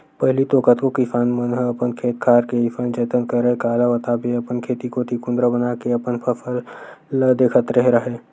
पहिली तो कतको किसान मन ह अपन खेत खार के अइसन जतन करय काला बताबे अपन खेत कोती कुदंरा बनाके अपन फसल ल देखत रेहे राहय